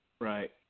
Right